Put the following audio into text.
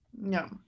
no